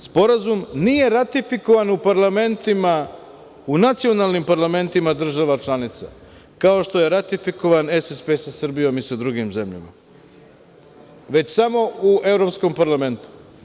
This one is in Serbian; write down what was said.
Sporazum nije ratifikovan u nacionalnim parlamentima država članica, kao što je ratifikovan SSP sa Srbijom i sa drugim zemljama, već samo u Evropskom parlamentu.